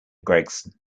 gregson